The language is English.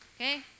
okay